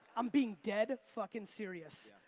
i'm being dead fuckin' serious.